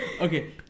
Okay